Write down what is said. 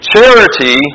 Charity